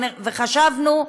וחשבנו,